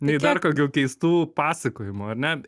nei dar kokių keistų pasakojimų ar ne